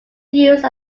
used